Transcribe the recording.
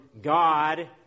God